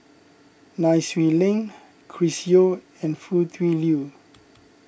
Nai Swee Leng Chris Yeo and Foo Tui Liew